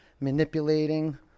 manipulating